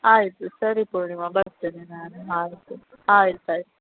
ಆಯಿತು ಸರಿ ಪೂರ್ಣಿಮಾ ಬರ್ತೇನೆ ನಾನು ಆವತ್ತು ಆಯ್ತು ಆಯ್ತು